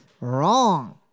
wrong